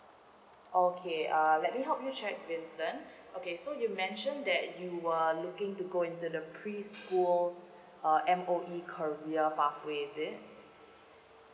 okay uh let me help you check vincent okay so you mention that you are looking to go into the preschool uh M_O_E career pathway is it